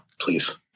please